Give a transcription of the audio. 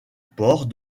port